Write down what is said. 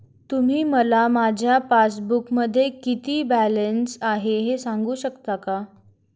तुम्ही मला माझ्या पासबूकमध्ये किती बॅलन्स आहे हे सांगू शकता का?